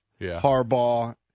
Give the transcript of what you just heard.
Harbaugh